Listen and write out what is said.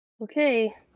Okay